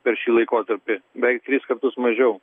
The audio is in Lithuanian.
per šį laikotarpį beveik tris kartus mažiau